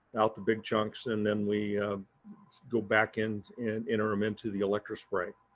out, the big chunks and then we go back in and enter them into the electrospray.